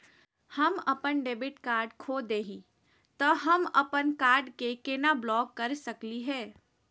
हम अपन debit card खो दे ही, त हम अप्पन कार्ड के केना ब्लॉक कर सकली हे?